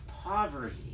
poverty